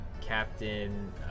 Captain